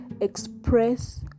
express